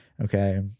Okay